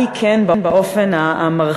מה היא כן באופן המרחיב.